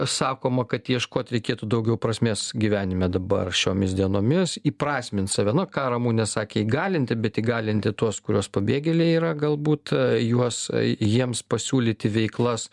sakoma kad ieškot reikėtų daugiau prasmės gyvenime dabar šiomis dienomis įprasmint save na ką ramunė sakė įgalinti bet įgalinti tuos kuriuos pabėgėliai yra galbūt juos jiems pasiūlyti veiklas